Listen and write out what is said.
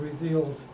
revealed